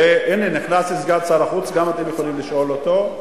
הנה, נכנס סגן שר החוץ, אתם יכולים לשאול אותו.